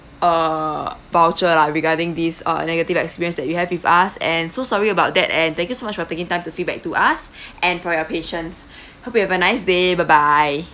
a voucher lah regarding this uh negative experience that you have with us and so sorry about that and thank you so much for taking time to feedback to us and for your patience hope you have a nice day bye bye